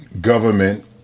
government